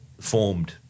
formed